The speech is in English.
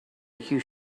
you